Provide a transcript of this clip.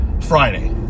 Friday